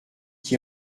qui